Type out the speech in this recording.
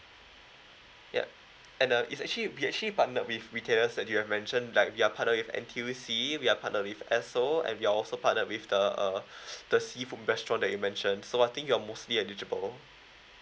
yup and uh is actually we actually partner with retailers that you have mentioned like we are partner with N_T_U_C we are partner with esso and we are also partner with the uh the seafood restaurant that you mentioned so I think you're mostly eligible